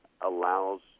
allows